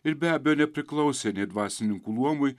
ir be abejo nepriklausė nei dvasininkų luomui